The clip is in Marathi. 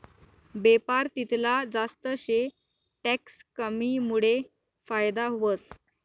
बेपार तितला जास्त शे टैक्स कमीमुडे फायदा व्हस